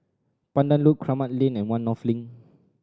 Pandan Loop Kramat Lane and One North Link